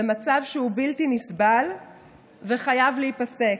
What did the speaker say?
זה מצב שהוא בלתי נסבל וחייב להיפסק.